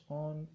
on